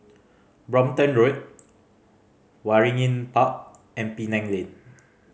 Brompton Road Waringin Park and Penang Lane